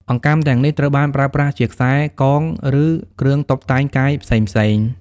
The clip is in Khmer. អង្កាំទាំងនេះ ត្រូវបានប្រើប្រាស់ជាខ្សែ កង ឬគ្រឿងតុបតែងកាយផ្សេងៗ។